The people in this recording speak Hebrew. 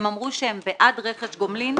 הם אמרו שהם בעד רכש גומלין.